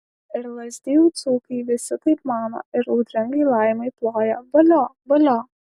ir lazdijų dzūkai visi taip mano ir audringai laimai ploja valio valio